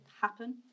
happen